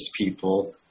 people